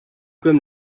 comme